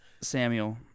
Samuel